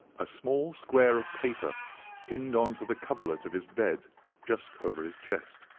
a small square of paper pinned on to the coverlet of his bed just over his chest.